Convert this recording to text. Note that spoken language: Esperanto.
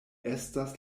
estas